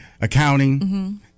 accounting